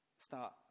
start